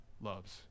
loves